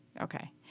Okay